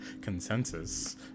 consensus